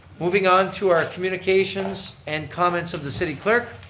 moving on to our communications and comments of the city clerk.